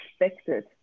expected